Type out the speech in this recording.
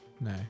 No